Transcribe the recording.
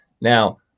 Now